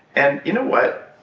and you know what?